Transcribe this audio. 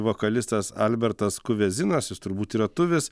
vokalistas albertas kuvezinas jis turbūt yra tuvis